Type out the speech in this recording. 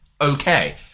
okay